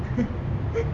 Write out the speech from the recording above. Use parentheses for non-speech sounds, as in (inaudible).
(laughs)